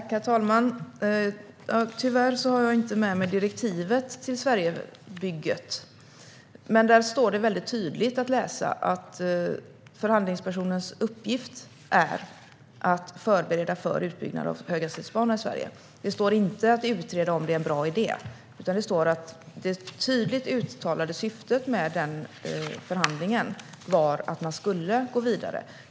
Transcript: Herr talman! Tyvärr har jag inte med mig direktivet till Sverigebygget, men där står det tydligt att läsa att förhandlingspersonens uppgift är att förbereda för utbyggnad av höghastighetsbana i Sverige. Det står inte att det ska utredas om det är en bra idé, utan det tydligt uttalade syftet med förhandlingen var att man skulle gå vidare.